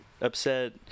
upset